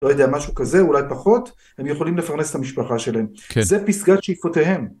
לא יודע, משהו כזה, אולי פחות, הם יכולים לפרנס את המשפחה שלהם. כן. זה פסגת שאיפותיהם.